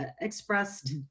expressed